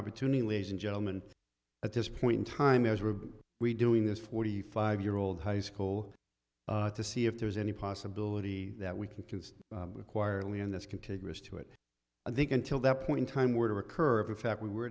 opportunity ladies and gentleman at this point in time as we're we doing this forty five year old high school to see if there's any possibility that we can consider acquire early in this contiguous to it i think until that point in time were to occur if in fact we were